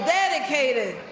dedicated